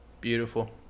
beautiful